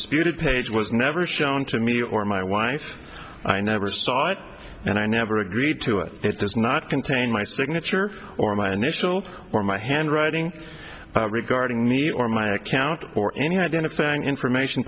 disputed page was never shown to me or my wife i never saw it and i never agreed to it it does not contain my signature or my initial or my handwriting regarding me or my account or any identifying information